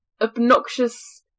obnoxious